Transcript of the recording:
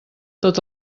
tot